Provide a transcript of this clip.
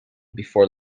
before